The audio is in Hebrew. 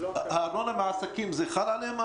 ארנונה בעסקים זה חל עליהם?